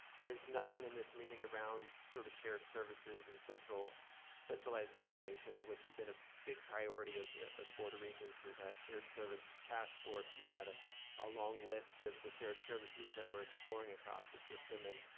there's nothing in this meeting around sort of shared services and centralized centralized coordination, which has been a big priority of the of the board of regents. we've had shared service taskforce, we've had ah a long list of the shared services that we're exploring across the system and